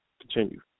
continue